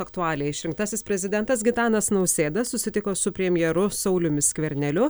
aktualiją išrinktasis prezidentas gitanas nausėda susitiko su premjeru sauliumi skverneliu